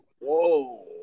Whoa